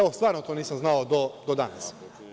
To stvarno nisam znao, do danas.